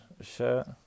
shirt